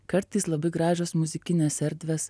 kartais labai gražios muzikinės erdvės